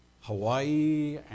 Hawaii